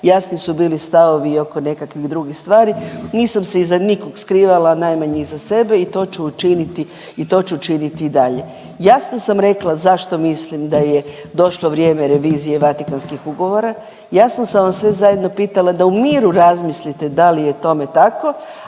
jasni su bili stavovi oko nekakvih drugih stvari. Nisam se iza nikog skrivala, a najmanje iza sebe i to ću učiniti i to ću učiniti i dalje. Jasno sam rekla zašto mislim da je došlo vrijeme revizije Vatikanskih ugovora, jasno sam vas sve zajedno pitala da u miru razmislite da li je tome tako,